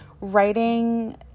writing